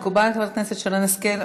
מקובל, חברת הכנסת שרן השכל?